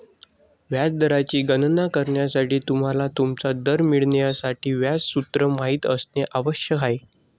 व्याज दराची गणना करण्यासाठी, तुम्हाला तुमचा दर मिळवण्यासाठी व्याज सूत्र माहित असणे आवश्यक आहे